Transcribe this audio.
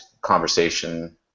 conversation